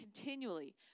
continually